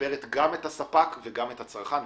משפרת גם את הספק וגם את הצרכן,